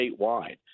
statewide